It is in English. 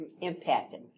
impacted